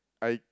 I